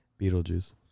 Beetlejuice